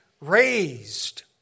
raised